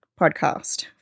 podcast